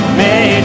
made